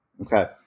Okay